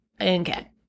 Okay